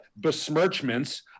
besmirchments